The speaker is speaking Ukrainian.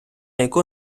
яку